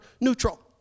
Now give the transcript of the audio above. neutral